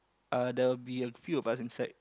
uh there will be a few of us inside